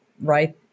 right